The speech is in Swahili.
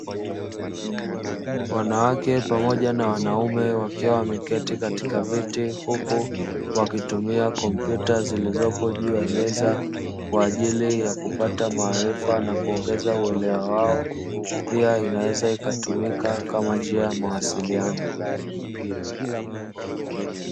Wanawake pamoja na wanaume wakiwa wameketi katika viti huku wakitumia kompyuta zilizopo juu ya meza kwa ajili ya kupata maarifa nakuongeza uwelewa wao pia inaweza ikatumika kama njia ya mawasiliano.